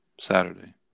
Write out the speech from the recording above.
Saturday